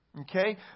Okay